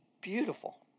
beautiful